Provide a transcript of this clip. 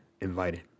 invited